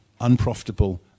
unprofitable